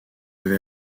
avait